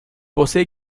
posee